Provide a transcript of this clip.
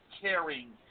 caring